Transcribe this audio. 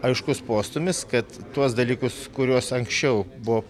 aiškus postūmis kad tuos dalykus kuriuos anksčiau buvo